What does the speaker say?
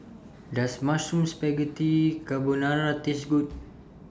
Does Mushroom Spaghetti Carbonara Taste Good